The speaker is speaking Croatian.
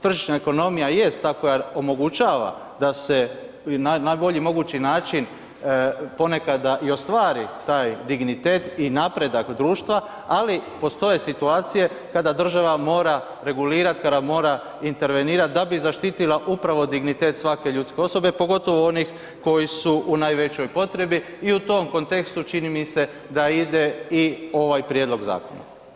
Tržišna ekonomija jest ta koja omogućava da se na najbolji mogući način ponekad i ostvari taj dignitet i napredak društva, ali postoje situacije kada država mora regulirati, kada mora intervenirati da bi zaštitila upravo dignitet svake ljudske osobe, pogotovo onih koji su u najvećoj potrebi i u tom kontekstu čini mi se da ide i ovaj prijedlog zakona.